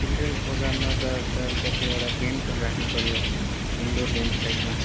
children's प्रोग्राममा त sir कतिवटा गेम्सहरू राख्नुपर्यो इन्डोर गेम्स टाइपमा